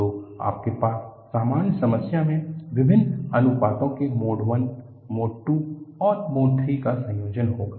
तो आपके पास सामान्य समस्या में विभिन्न अनुपातों के मोड I मोड II और मोड III का संयोजन होगा